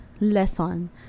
lesson